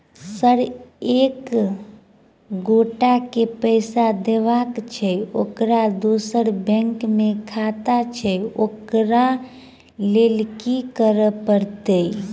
Sir एक एगोटा केँ पैसा देबाक छैय ओकर दोसर बैंक मे खाता छैय ओकरा लैल की करपरतैय?